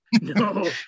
no